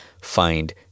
find